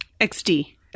XD